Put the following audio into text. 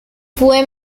fue